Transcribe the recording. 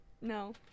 No